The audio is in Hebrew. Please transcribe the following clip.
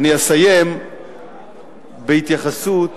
בהתייחסות